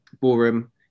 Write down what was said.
ballroom